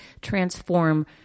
transform